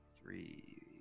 three